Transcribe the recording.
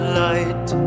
light